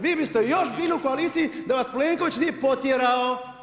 Vi biste još bili u koaliciji da vas Plenković nije potjerao.